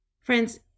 friends